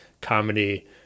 comedy